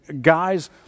Guys